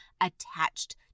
attached